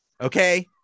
Okay